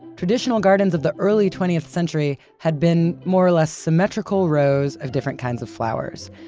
traditional gardens of the early twentieth century had been, more or less, symmetrical rows of different kinds of flowers.